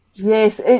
Yes